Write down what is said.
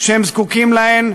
שהם זקוקים להן,